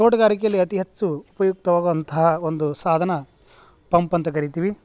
ತೋಟಗಾರಿಕೆಯಲ್ಲಿ ಅತಿ ಹೆಚ್ಚು ಉಪಯುಕ್ತವಾಗುವಂತಹ ಒಂದು ಸಾಧನ ಪಂಪ್ ಅಂತ ಕರೀತೀವಿ